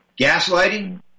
gaslighting